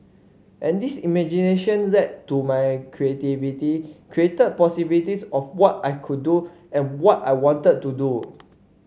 and this imagination led to my creativity created possibilities of what I could do and what I wanted to do